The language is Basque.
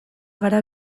gara